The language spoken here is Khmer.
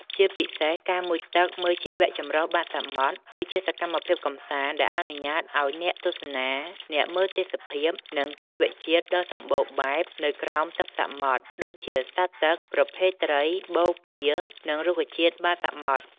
ជាពិសេសការមុជទឹកមើលជីវៈចម្រុះបាតសមុទ្រ គឺជាសកម្មភាពកម្សាន្តដែលអនុញ្ញាតឲ្យអ្នកទស្សនាអ្នកមើលទេសភាព និងជីវៈជាតិដ៏សម្បូរបែបនៅក្រោមទឹក សមុទ្រ ដូចជាសត្វទឹក ប្រភេទត្រី បូព៌ា និងរុក្ខជាតិបាតសមុទ្រ។